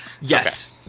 Yes